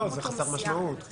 לא, זה חסר משמעות.